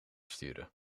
sturen